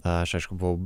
aš aišku buvau